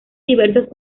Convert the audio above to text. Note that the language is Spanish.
diversas